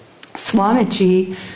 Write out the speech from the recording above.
Swamiji